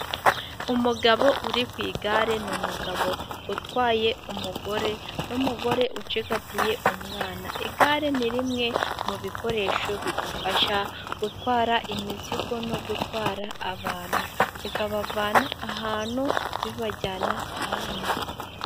Umugabo uri ku igare, ni umugabo utwaye umugore, n'umugore ucigatiye umwana. Igare ni rimwe mu bikoresho bidufasha gutwara imizigo no gutwara abantu, rikabavana ahantu ribajyana ahandi.